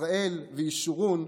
ישראל וישורון,